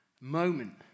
moment